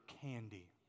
candy